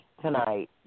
tonight